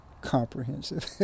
comprehensive